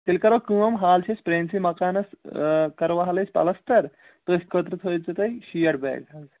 تیٚلہِ کَرو کٲم حال چھِ أسۍ پرٛٲنۍسٕے مکانَس کَرو حال أسۍ پَلَستَر تٔتھۍ خٲطرٕ تھٲیزیو تُہۍ شیٹھ بیگ حظ